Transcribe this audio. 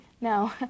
no